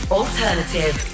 alternative